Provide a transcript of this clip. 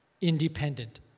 independent